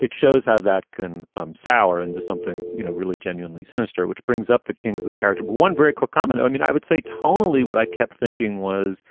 it shows how that can um sour into something, you know, really genuinely sinister. which brings up the kings, the character of but one very quick comment. i mean, i would say tonally what i kept thinking was